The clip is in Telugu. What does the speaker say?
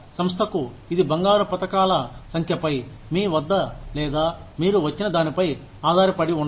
సంస్థకు ఇది బంగారు పతకాల సంఖ్యపై మీ వద్ద లేదా మీరు వచ్చిన దానిపై ఆధారపడి ఉండదు